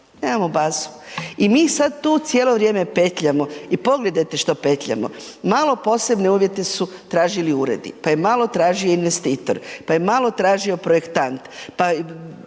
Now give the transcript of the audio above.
nemamo bazu. I mi sad tu cijelo vrijeme petljamo i pogledajte što petljamo, malo posebne uvjete su tražili uredi, pa je malo tražio investitor, pa je malo tražio projektant, pa